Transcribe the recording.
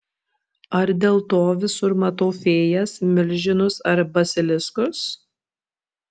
ar dėl to visur matau fėjas milžinus ar baziliskus